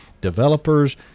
developers